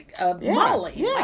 Molly